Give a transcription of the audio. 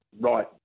right